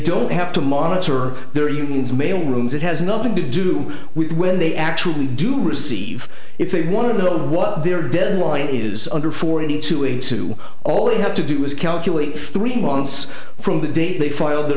don't have to monitor their unions mail rooms it has nothing to do with when they actually do receive if they want to know what their deadline is under forty two into all they have to do is calculate three months from the date they filed the